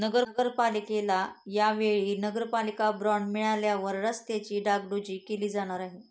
नगरपालिकेला या वेळी नगरपालिका बॉंड मिळाल्यावर रस्त्यांची डागडुजी केली जाणार आहे